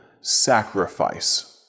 sacrifice